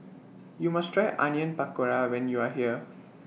YOU must Try Onion Pakora when YOU Are here